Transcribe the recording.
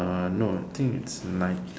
ah no I think it's night